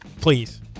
Please